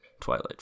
twilight